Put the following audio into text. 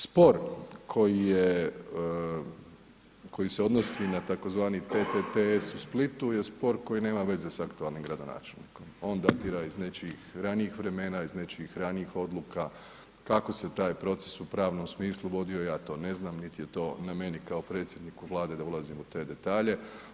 Spor koji je, koji se odnosi na tzv. TTS u Splitu je sport koji nema veze sa aktualnim gradonačelnikom, on datira iz nečim ranijih vremena iz nečijih ranijih odluka, kako se taj proces u pravnom smislu vodio ja to ne znam, niti je to na meni kao predsjedniku Vlade da ulazim u te detalje.